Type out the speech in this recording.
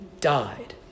died